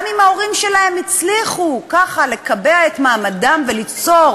גם אם ההורים שלהם הצליחו ככה לקבע את מעמדם וליצור